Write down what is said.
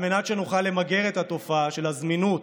על מנת שנוכל למגר את התופעה של הזמינות